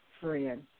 friend